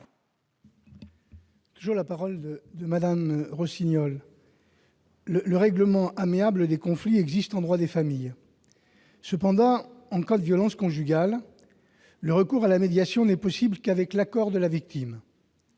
je parle au nom de Laurence Rossignol. Le règlement amiable des conflits existe en droit de la famille. Cependant, en cas de violences conjugales, le recours à la médiation n'est possible qu'avec l'accord de la victime.